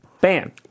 Bam